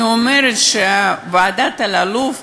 אני אומרת שוועדת אלאלוף,